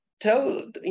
Tell